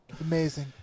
Amazing